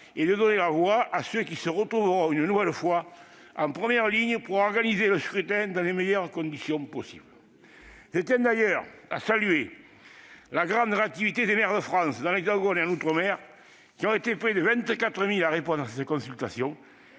et de donner une voix à ceux qui se retrouveront une nouvelle fois en première ligne, pour organiser le scrutin dans les meilleures conditions possible. Je tiens d'ailleurs à saluer la grande réactivité des maires de France dans l'Hexagone et en outre-mer, qui ont été près de 24 000 à répondre à cette consultation,